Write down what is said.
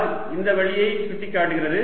r இந்த வழியை சுட்டிக்காட்டுகிறது